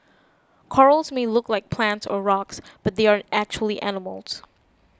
corals may look like plants or rocks but they are actually animals